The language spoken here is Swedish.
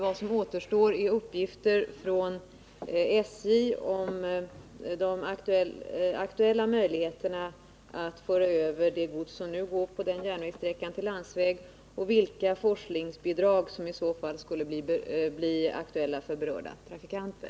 Vad som återstår är uppgifter för SJ om de aktuella möjligheterna att föra över det gods som nu går på denna järnvägssträcka till landsväg — och vilka forskningsbidrag som i så fall skulle bli aktuella för berörda trafikanter.